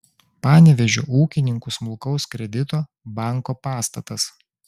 panevėžio ūkininkų smulkaus kredito banko pastatas